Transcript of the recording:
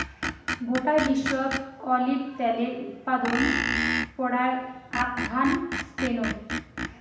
গোটায় বিশ্বত অলিভ ত্যালের উৎপাদন পরায় আধঘান স্পেনত